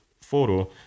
photo